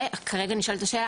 וכרגע נשאלת השאלה,